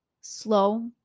slow